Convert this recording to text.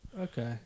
Okay